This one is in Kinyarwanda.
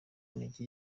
intege